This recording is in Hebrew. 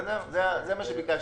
זה מה שביקשתם.